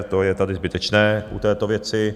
To je tady zbytečné u této věci.